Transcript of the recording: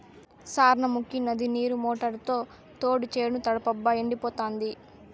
సార్నముకీ నది నీరు మోటారుతో తోడి చేను తడపబ్బా ఎండిపోతాంది